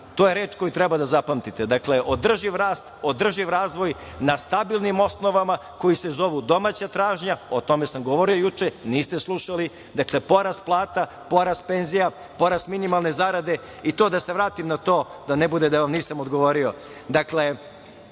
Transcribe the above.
To je reč koju treba da zapamtite. Dakle, održiv rast, održiv razvoj, na stabilnim osnovama, koji se zovu domaća tražnja, o tome sam govorio juče, niste slušali. Dakle, porast plata, porast penzija, porast minimalne zarade.I, da se vratim na to da ne bude da vam nisam odgovorio.